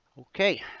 Okay